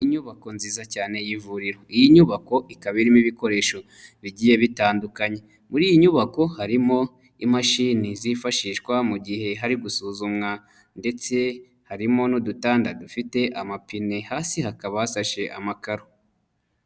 Inyubako nziza cyane y'ivuriro. Iyi nyubako ikaba irimo ibikoresho bigiye bitandukanye, muri iyi nyubako harimo imashini zifashishwa mu gihe hari gusuzumwa ndetse harimo n'udutanda dufite amapine hasi hakaba hasashe amakaro.